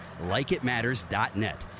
LikeItMatters.net